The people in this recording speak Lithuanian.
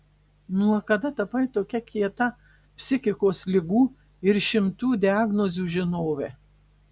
nuo kada tapai tokia kieta psichikos ligų ir šimtų diagnozių žinove